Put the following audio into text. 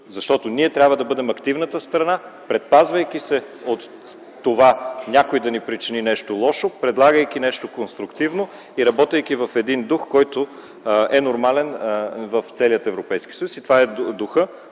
защото ние трябва да бъдем активната страна, предпазвайки се от това някой да ни причини нещо лошо, предлагайки нещо конструктивно и работейки в един дух, който е нормален в целия Европейски съюз. Това е духът